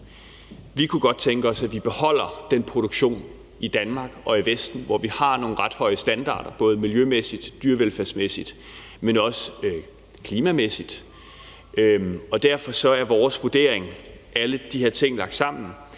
Vi kunne godt tænke os, at vi beholder den produktion i Danmark og i Vesten, hvor vi har nogle ret høje standarder både miljømæssigt og dyrevelfærdsmæssigt, men også klimamæssigt. Derfor er vores vurdering, alle de her ting lagt sammen,